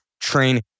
train